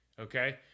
Okay